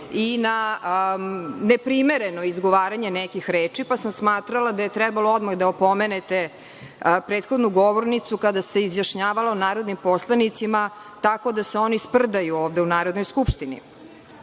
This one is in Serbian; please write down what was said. i na neprimereno izgovaranje nekih reči, pa sam smatrala da je trebalo odmah da opomenete prethodnu govornicu kada se izjašnjavala o narodnim poslanicima tako da se oni sprdaju ovde u Narodnoj skupštini. Mi